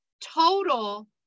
total